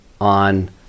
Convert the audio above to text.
on